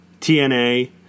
TNA